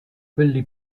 quelli